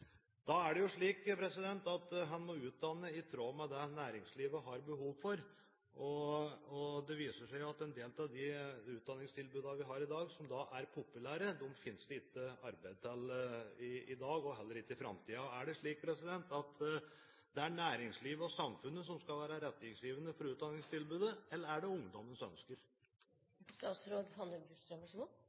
Da må man utdanne i tråd med det næringslivet har behov for. Det viser seg at en del av de utdanningstilbudene vi har i dag, som er populære, finnes det ikke arbeid for i dag og heller ikke i framtiden. Er det næringslivet og samfunnet som skal være retningsgivende for utdanningstilbudet, eller er det ungdommens